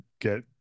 get